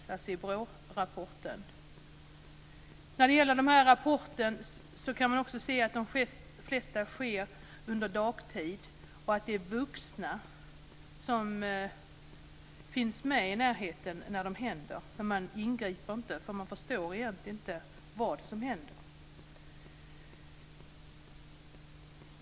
Man kan i rapporten också se att de flesta av dessa rån sker under dagtid och att de vuxna som finns i närheten när det händer inte ingriper, eftersom de egentligen inte förstår vad som händer.